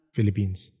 Philippines